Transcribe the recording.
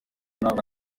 n’abana